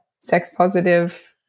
sex-positive